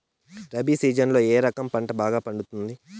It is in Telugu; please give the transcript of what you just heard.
రబి సీజన్లలో ఏ రకం పంట బాగా పండుతుంది